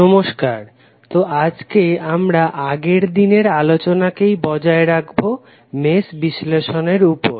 নমস্কার তো আজকে আমরা আগের দিনের আলচনাকেই বজায় রাখবো মেশ বিশ্লেষণের উপর